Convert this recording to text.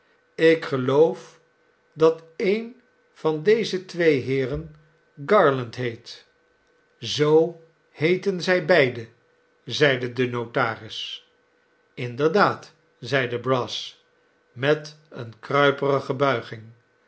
ik geloof dat een van deze twee heeren garland heet zoo heeten zij beide zeide de notaris inderdaad zeide brass met eene kruiperige buiging